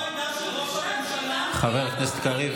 עמית,